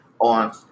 on